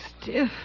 stiff